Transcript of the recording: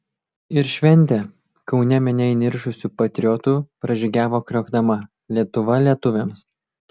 ir šventė kaune minia įniršusių patriotų pražygiavo kriokdama lietuva lietuviams